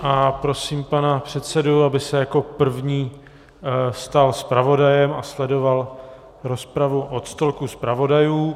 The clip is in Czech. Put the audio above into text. A prosím pana předsedu, aby se jako první stal zpravodajem a sledoval rozpravu od stolku zpravodajů.